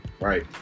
Right